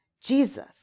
Jesus